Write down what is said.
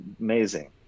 amazing